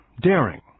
daring